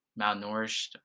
malnourished